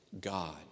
God